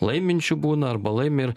laiminčių būna arba laimi ir